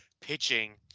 pitching